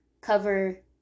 cover